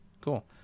Cool